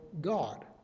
God